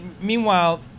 meanwhile